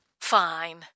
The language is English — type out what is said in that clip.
Fine